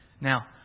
Now